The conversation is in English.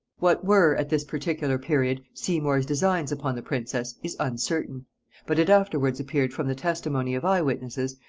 what were, at this particular period, seymour's designs upon the princess, is uncertain but it afterwards appeared from the testimony of eye-witnesses,